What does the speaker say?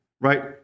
right